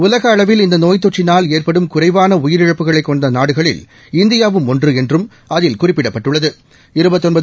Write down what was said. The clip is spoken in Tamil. உலக அளவில் இந்த நேய் தொற்றினால் ஏற்படும் குறைவான உயிரிழப்புகளைக் கொண்ட நாடுகளில் இந்தியாவும் ஒன்று என்றும் அதில் குறிப்பிடப்பட்டுள்ளது